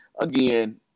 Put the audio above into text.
Again